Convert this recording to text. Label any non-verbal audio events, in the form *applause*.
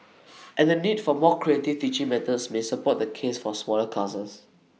*noise* and the need for more creative teaching methods may support the case for smaller classes